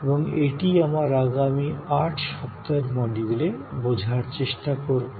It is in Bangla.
এবং এটিই আমরা আগামী ৮ সপ্তাহের মডিউলে বোঝার চেষ্টা করব